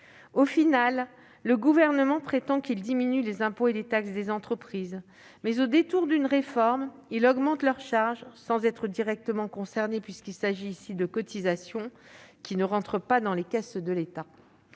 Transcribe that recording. Finalement, le Gouvernement prétend qu'il diminue les impôts et les taxes des entreprises, mais, au détour d'une réforme, il augmente leurs charges sans être directement concerné, puisqu'il s'agit de cotisations qui n'entrent pas dans les caisses de l'État